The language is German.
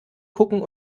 gucken